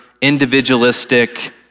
individualistic